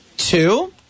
Two